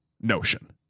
notion